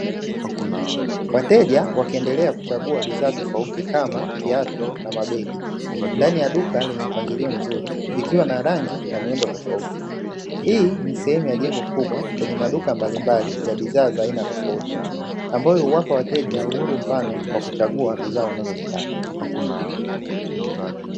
Wateja wakiendelea kuchagua bidhaa tofauti kama, viatu na mabegi ndani ya duka lenye mpangilio mzuri, zikiwa na rangi na miundo tofauti. Hii ni sehemu ya jengo kubwa lenye maduka mbalimbali ya bidhaa za aina tofauti, ambayo huwapa wateja uhuru mpana wa kuchagua bidhaa wanazozitaka.